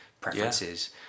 preferences